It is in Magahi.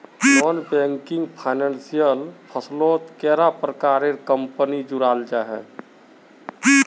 नॉन बैंकिंग फाइनेंशियल फसलोत कैडा प्रकारेर कंपनी जुराल जाहा?